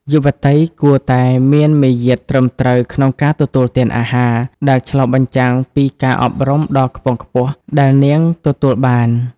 យុវតីគួរតែ "មានមារយាទត្រឹមត្រូវក្នុងការទទួលទានអាហារ" ដែលឆ្លុះបញ្ចាំងពីការអប់រំដ៏ខ្ពង់ខ្ពស់ដែលនាងទទួលបាន។